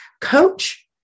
Coach